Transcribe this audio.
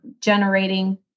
generating